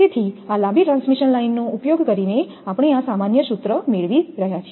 તેથી આ લાંબી ટ્રાન્સમિશન લાઇનનો ઉપયોગ કરીને આપણે આ સામાન્ય સૂત્ર મેળવી રહ્યા છીએ